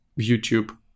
youtube